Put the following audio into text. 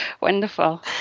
Wonderful